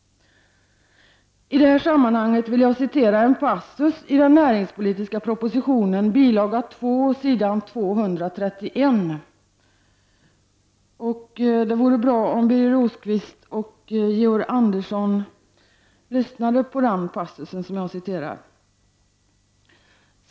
I det här sammanhanget vill jag citera en passus i den näringspolitiska propositionen, bil. 2s. 231. Det vore bra om Birger Rosqvist och Georg Andersson lyssnade på denna passus.